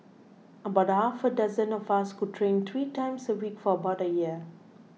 about half a dozen of us would train three times a week for about a year